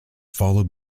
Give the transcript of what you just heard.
followed